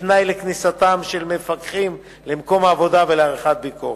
כתנאי לכניסת מפקחים למקום עבודה ולעריכת ביקורת.